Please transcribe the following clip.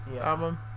album